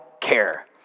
care